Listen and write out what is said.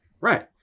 Right